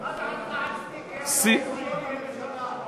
מה זה על סטיקר: ההתנחלויות הן מכשול לשלום?